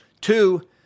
Two